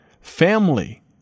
Family